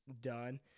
done